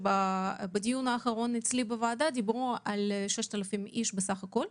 בדיון האחרון אצלי בוועדה דברו על כ-6,000 איש בסך הכול.